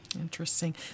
Interesting